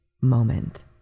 moment